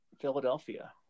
philadelphia